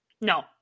No